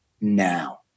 now